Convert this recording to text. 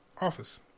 office